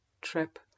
trip